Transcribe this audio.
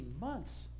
months